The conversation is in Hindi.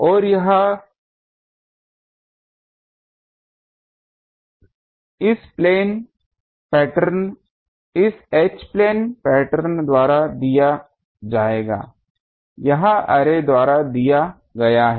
और यह इस H प्लेन पैटर्न द्वारा दिया जाएगा यह अर्रे द्वारा दिया गया है